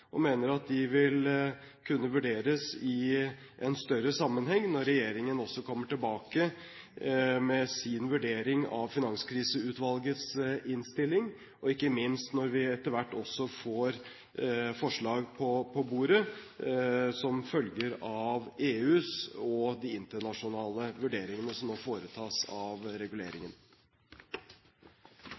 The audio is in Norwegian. og mener at de vil kunne vurderes i en større sammenheng når regjeringen kommer tilbake med sin vurdering av Finanskriseutvalgets innstilling, og ikke minst når vi etter hvert også får forslag på bordet som følge av EUs vurderinger, og de internasjonale vurderingene, som nå foretas av